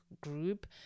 group